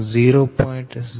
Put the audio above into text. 0242log 6